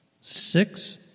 Six